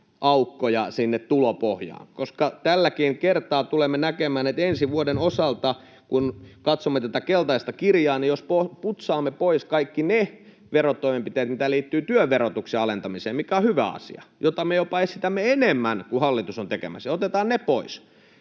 aukkoja sinne tulopohjaan. Tälläkin kertaa tulemme näkemään, kun ensi vuoden osalta katsomme tätä keltaista kirjaa, että jos putsaamme pois kaikki ne verotoimenpiteet, mitä liittyy työn verotuksen alentamiseen, joka on hyvä asia ja jota me jopa esitämme enemmän kuin hallitus on tekemässä, niin sellaiset